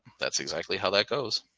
that's exactly how that goes.